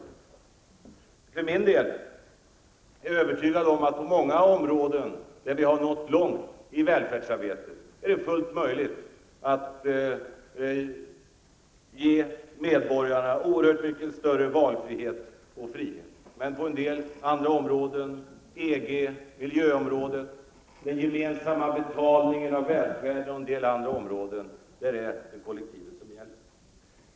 Jag för min del är övertygad om att det på många områden där vi har nått långt i välfärdsarbetet är fullt möjligt att ge medborgarna oerhört mycket större valfrihet och frihet över huvud taget. Men beträffande EG, miljöområdet, det gemensamma ansvaret för betalningen av välfärden och en del andra områden är det kollektivet som gäller.